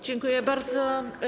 Dziękuję bardzo.